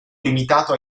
limitato